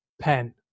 pen